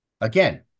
Again